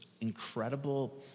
incredible